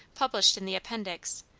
published in the appendix,